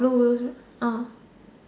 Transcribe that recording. blue orh